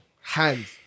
Hands